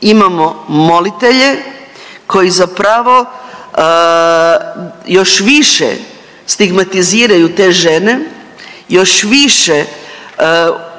imamo molitelje koji zapravo još više stigmatiziraju te žene, još više